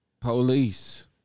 Police